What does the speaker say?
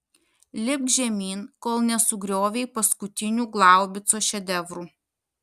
lipk žemyn kol nesugriovei paskutinių glaubico šedevrų